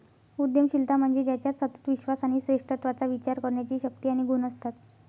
उद्यमशीलता म्हणजे ज्याच्यात सतत विश्वास आणि श्रेष्ठत्वाचा विचार करण्याची शक्ती आणि गुण असतात